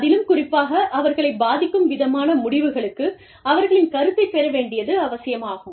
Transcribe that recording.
அதிலும் குறிப்பாக அவர்களைப் பாதிக்கும் விதமான முடிவுகளுக்கு அவர்களின் கருத்தைப் பெற வேண்டியது அவசியமாகும்